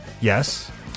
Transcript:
Yes